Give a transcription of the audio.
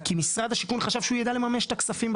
כי משרד השיכון חשב שהוא ידע לממש את הכספים.